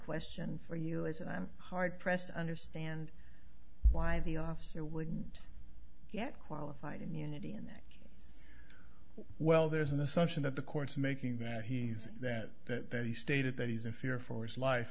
question for you is and i'm hard pressed to understand why the officer wouldn't get qualified immunity and that well there is an assumption that the court's making that he that that that he stated that he's in fear for his life